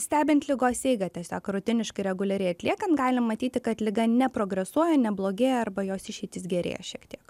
stebint ligos eigą tiesiog rutiniškai reguliariai atliekant galim matyti kad liga neprogresuoja neblogėja arba jos išeitis gerėja šiek tiek